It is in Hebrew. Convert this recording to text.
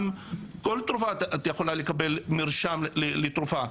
לכל תרופה יכולים לקבל מרשם לתרופה,